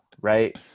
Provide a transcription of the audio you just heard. right